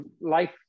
life